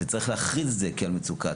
וצריך להכריז על זה כעל מצוקה,